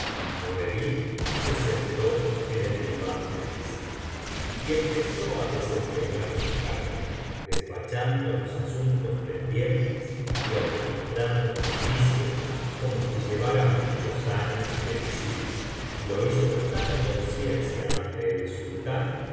y nureddin se sentó en el diván del visirato y empezó á desempeñar su cargo despachando los asuntos pendientes y administrando justicia como si llevara muchos años de visir y lo hizo tan á conciencia ante el sultán